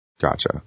Gotcha